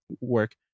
work